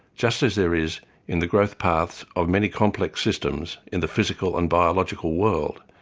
just as there is in the growth paths of many complex systems in the physical and biological world,